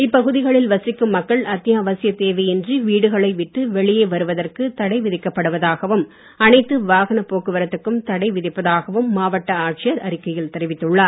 இப்பகுதிகளில் வசிக்கும் மக்கள் அத்தியவசியத் தேவையின்றி வீடுகளை விட்டு வெளியே வருவதற்கு தடை விதிக்கப்படுவதாகவும் அனைத்து வாகன போக்குவரத்துக்கும் தடை விதிப்பதாகவும் மாவட்ட ஆட்சியர் வெளியிட்டுள்ள அறிக்கையில் தெரிவித்துள்ளார்